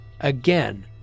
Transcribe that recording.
Again